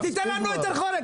היא תיתן לנו היתר חורג.